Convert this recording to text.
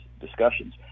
discussions